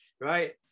right